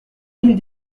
mille